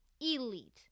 elite